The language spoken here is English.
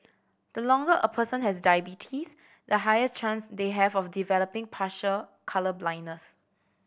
the longer a person has diabetes the higher chance they have of developing partial colour blindness